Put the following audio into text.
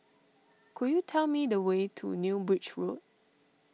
could you tell me the way to New Bridge Road